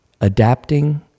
Adapting